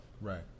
Right